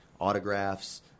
autographs